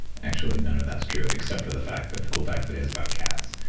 actually, none of that's true except for the fact that the cool fact today is about cats.